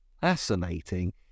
fascinating